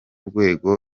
rwego